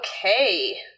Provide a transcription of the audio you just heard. okay